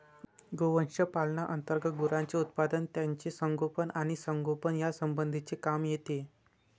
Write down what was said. गोवंश पालना अंतर्गत गुरांचे उत्पादन, त्यांचे संगोपन आणि संगोपन यासंबंधीचे काम येते